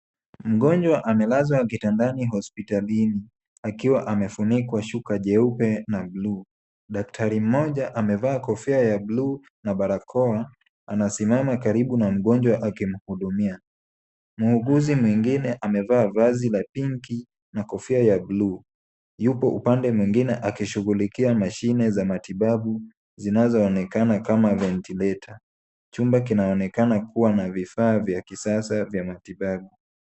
Mgonjwa amelazwa kitandani hospitalini akiwa amefunikwa shuka jeupe na bluu. Daktari mmoja amevaa kofia ya bluu na barakoa anasimama karibu na mgonjwa akimhudumia. Muuguzi mwingine amevaa vazi la pinki na kofia ya bluu yupo upande mwingine akishughulikia mashine za matibabu zinazoonekana kama ventilator . Chumba kinaonekana kuwa na vifaa vya kisasa vya matibabu.